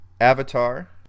avatar